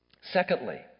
Secondly